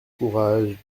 courage